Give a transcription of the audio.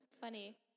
funny